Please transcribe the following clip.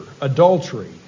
adultery